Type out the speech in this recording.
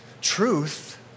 Truth